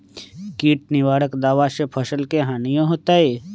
किट निवारक दावा से फसल के हानियों होतै?